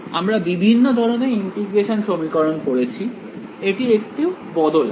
আমরা বিভিন্ন ধরনের ইন্টিগ্রেশন সমীকরণ পড়েছি এটি একটু বদল আছে